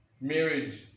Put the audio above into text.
marriage